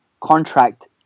contract